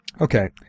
Okay